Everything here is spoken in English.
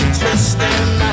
twisting